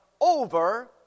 over